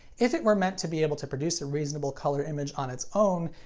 if it were meant to be able to produce a reasonable color image on its own,